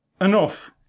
enough